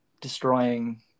destroying